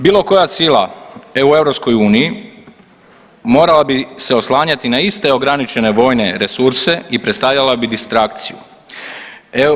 Bilo koja sila u EU morala bi se oslanjati na iste ograničene vojne resurse i predstavljala bi distrakciju.